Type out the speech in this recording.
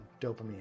dopamine